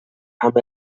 amb